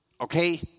Okay